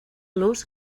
los